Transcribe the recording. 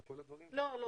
לא.